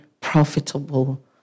profitable